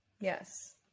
Yes